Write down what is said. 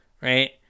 Right